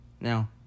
now